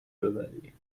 ببری